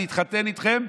אני אתחתן איתכן.